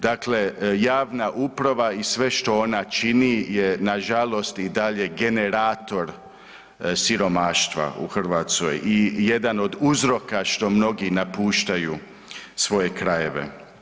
Dakle, javna uprava i sve što ona čini je nažalost i dalje generator siromaštva u Hrvatskoj i jedan od uzroka što mnogi napuštaju svoje krajeve.